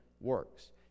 works